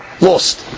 lost